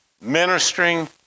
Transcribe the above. ministering